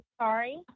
sorry